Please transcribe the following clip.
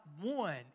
one